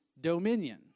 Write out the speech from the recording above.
dominion